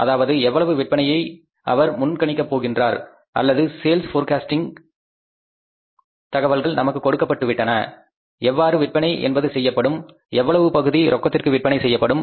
அதாவது எவ்வளவு விற்பனையை அவர் முன்கணிக்க போகின்றார் அல்லது சேல்ஸ் போர்க்காஸ்ட்டிங் தகவல்கள் நமக்கு கொடுக்கப்பட்டுவிட்டன எவ்வாறு விற்பனை என்பது செய்யப்படும் எவ்வளவு பகுதி ரொக்கத்திற்கு விற்பனை செய்யப்படும்